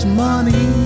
money